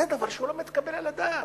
זה דבר שלא מתקבל על הדעת.